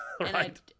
Right